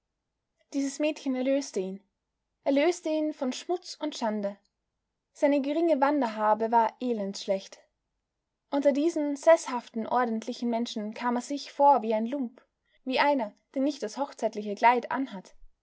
dieses mädchen erlöste ihn erlöste ihn von schmutz und schande seine geringe wanderhabe war elendschlecht unter diesen seßhaften ordentlichen menschen kam er sich vor wie ein lump wie einer der nicht das hochzeitliche kleid anhat